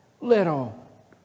Little